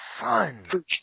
Son